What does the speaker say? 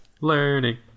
Learning